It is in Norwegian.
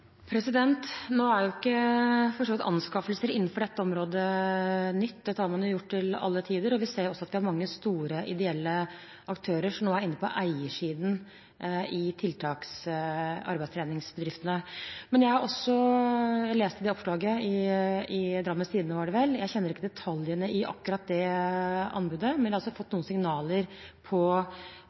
Nå er for så vidt ikke anskaffelser innenfor dette området nytt. Det har man gjort til alle tider. Vi ser også at det er mange store ideelle aktører som nå er inne på eiersiden i arbeidstreningsbedriftene. Jeg har lest oppslaget – i Drammens Tidende, var det vel. Jeg kjenner ikke detaljene i akkurat det anbudet, men jeg har fått noen signaler